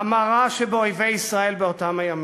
המרה שבאויבי ישראל באותם הימים.